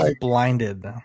blinded